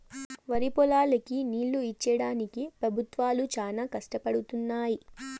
వరిపొలాలకి నీళ్ళు ఇచ్చేడానికి పెబుత్వాలు చానా కష్టపడుతున్నయ్యి